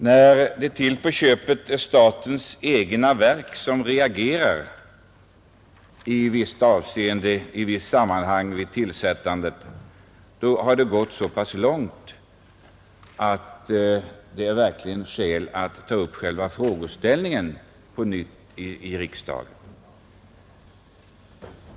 När det till på köpet är statens egna verk som reagerar i visst avseende och i visst sammanhang vid tillsättandet av tjänster, haf det gått så pass långt att det verkligen är skäl att ta upp själva frågeställningen på nytt i riksdagen.